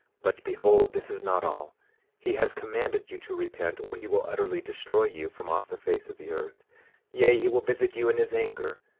but behold, this is not all he has commanded you to repent, or he will utterly destroy you from off the face of the earth yea, he will visit you in his anger,